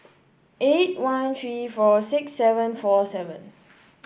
eight one three four six seven four seven